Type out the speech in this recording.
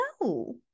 No